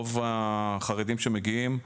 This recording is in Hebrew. רוב החרדים מגיעים,